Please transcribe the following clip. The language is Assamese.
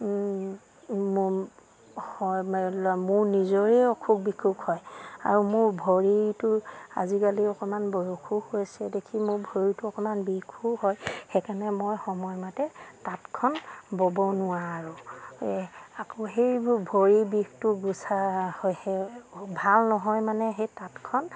মোৰ মোৰ নিজৰে অসুখ বিসুখ হয় আৰু মোৰ ভৰিটো আজিকালি অকণমান বয়সো হৈছে দেখি মোৰ ভৰিটো অকভমান বিষো হয় সেইকাৰণে মই সময়মতে তাঁতখন ব'ব নোৱাৰো আকৌ সেইবোৰ ভৰি বিষটো গোচা ভাল নহয় মানে সেই তাঁতখন